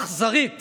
אכזרית